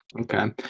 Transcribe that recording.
Okay